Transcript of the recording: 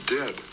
dead